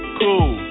cool